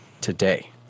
today